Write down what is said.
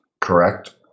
Correct